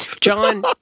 John